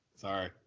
Sorry